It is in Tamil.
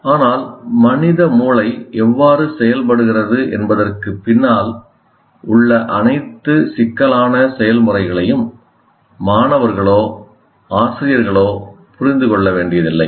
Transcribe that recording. ஆனால் மனித மூளை எவ்வாறு செயல்படுகிறது என்பதற்குப் பின்னால் உள்ள அனைத்து சிக்கலான செயல்முறைகளையும் மாணவர்களோ ஆசிரியர்களோ புரிந்து கொள்ள வேண்டியதில்லை